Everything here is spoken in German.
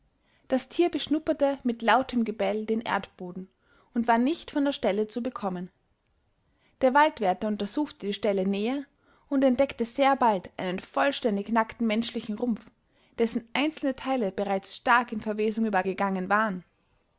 das tier beschnupperte mit lautem gebell den erdboden und war nicht von der stelle zu bekommen der waldwärter untersuchte die stelle näher und entdeckte sehr bald einen vollständig nackten menschlichen rumpf dessen einzelne teile bereits stark in verwesung übergegangen waren